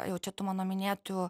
jau čia tų mano minėtų